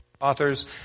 authors